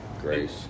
Grace